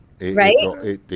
Right